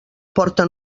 porta